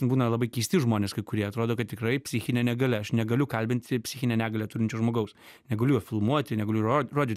būna labai keisti žmonės kai kurie atrodo kad tikrai psichinė negalia aš negaliu kalbinti psichinę negalią turinčio žmogaus negaliu jo filmuoti negaliu rodyt